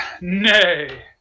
Nay